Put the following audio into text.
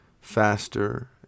faster